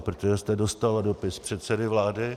Protože jste dostala dopis předsedy vlády.